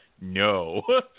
No